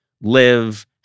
live